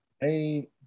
Hey